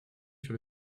sur